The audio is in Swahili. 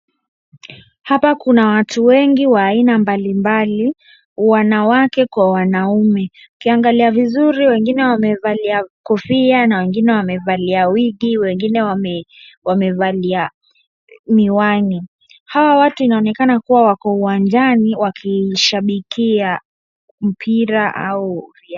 Hapa kuna watu wengi wa aina mbalimbali wanawake kwa wanaume .Ukiangalia vizuri wengine wamevaa kofia na wengine wamevalia wigi na wengine wamevalia miwani hawa watu inaonekana kuwa wako uwanjani wakishaikia mpira au riadha.